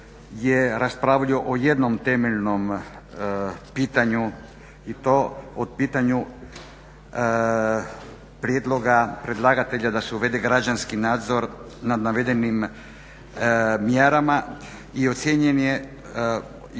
Hvala i vama.